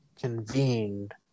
convened